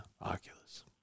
Oculus